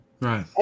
Right